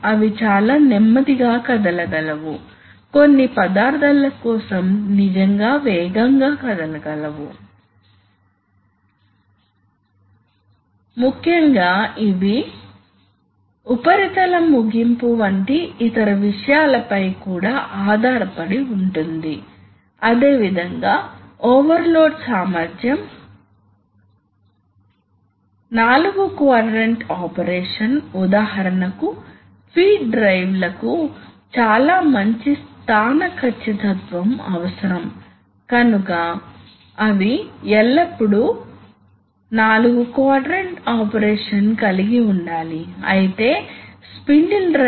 అయినప్పటికీ మీకు చాలా ఖచ్చితమైన కదలికలు ఉన్నప్పుడు హైడ్రాలిక్ ప్రధానంగా ప్రాధాన్యత ఇవ్వబడుతుంది మరియు చాలా ఎక్కువ ఫోర్సెస్ అవసరమవుతాయి ఇది న్యూమాటిక్ విషయంలో కాదు న్యూమాటిక్ లో మీకు తక్కువ ఫోర్స్ మరియు ప్రెషర్ రేటింగ్ కోసం ఉపయోగిస్తారు రెస్పాన్స్ నెమ్మదిగా ఉంటుంది న్యూమాటిక్ ఖచ్చితంగా హైడ్రాలిక్ కన్నా నెమ్మదిగా ఎలక్ట్రిక్ తో పోల్చదగినది న్యూమాటిక్ లో ఒక లీక్ సమస్య ఉంది మరియు లీక్ గుర్తించడం అంత సులభం కాదు